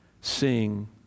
sing